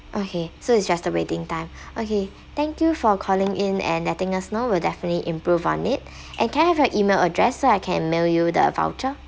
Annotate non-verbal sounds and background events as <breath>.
okay so it's just the waiting time <breath> okay thank you for calling in and letting us know we'll definitely improve on it <breath> and can I have your email address so I can mail you the voucher